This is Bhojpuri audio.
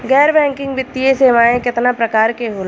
गैर बैंकिंग वित्तीय सेवाओं केतना प्रकार के होला?